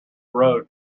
road